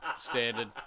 standard